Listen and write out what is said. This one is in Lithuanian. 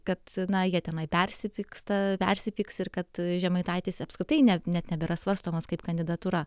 kad na jie tenai persipyksta persipyks ir kad žemaitaitis apskritai ne net nebėra svarstomas kaip kandidatūra